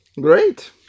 Great